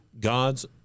God's